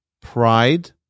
pride